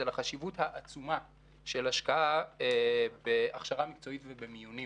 לחשיבות העצומה של השקעה בהכשרה מקצועית ובמיונים.